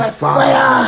fire